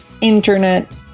internet